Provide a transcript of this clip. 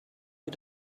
you